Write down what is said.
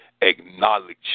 acknowledge